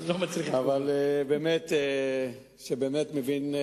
באמת מבין,